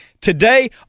Today